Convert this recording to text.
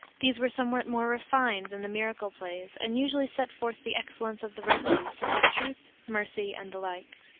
these were somewhat more refined than the miracle plays, and usually set forth the excellence of the virtues, such as truth, mercy, and the like.